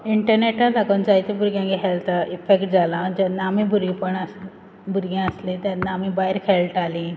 इंटरनॅटा लागून जायते भुरग्यांचे हॅल्था इफेक्ट जालां जेन्ना आमी भुरगेपणां भुरगीं आसलीं तेन्ना आमी भायर खेळटालीं